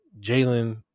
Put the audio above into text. Jalen